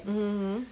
mmhmm mmhmm